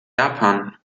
japan